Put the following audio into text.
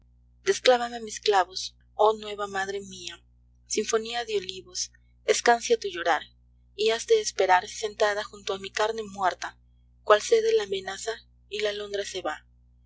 de longinos desclávame mis clavos oh nueva madre mía sinfonía de olivos escancia tu llorar y has de esperar sentada junto a mi carne muerta cuál cede la amenaza y la alondra se va